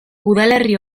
udalerri